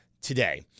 today